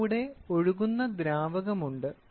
ഇതിലൂടെ ഒഴുകുന്ന ദ്രാവകം ഉണ്ട്